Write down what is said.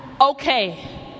Okay